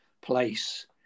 place